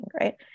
right